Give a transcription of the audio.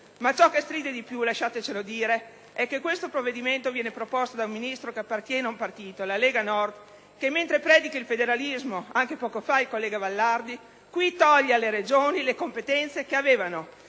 Ma ciò che stride di più, lasciatecelo dire, è che questo provvedimento viene proposto da un Ministro che appartiene ad un partito, la Lega Nord, che mentre predica il federalismo, come anche poco fa il collega Vallardi, qui toglie alle Regioni le competenze che avevano.